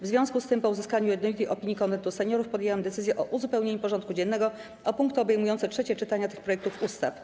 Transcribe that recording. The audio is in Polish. W związku z tym, po uzyskaniu jednolitej opinii Konwentu Seniorów, podjęłam decyzję o uzupełnieniu porządku dziennego o punkty obejmujące trzecie czytania tych projektów ustaw.